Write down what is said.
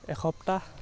এসপ্তাহ